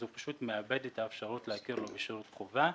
אז הוא פשוט מאבד את האפשרות להכיר לו בשירות חובה.